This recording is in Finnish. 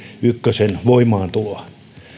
ykkösen voimaantuloa